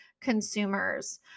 consumers